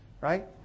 right